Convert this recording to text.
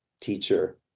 teacher